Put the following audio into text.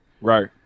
Right